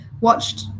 watched